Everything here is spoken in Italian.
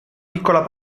piccola